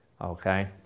Okay